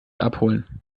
abholen